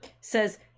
Says